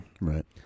Right